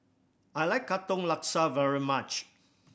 I like Katong Laksa very much